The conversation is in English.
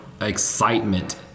excitement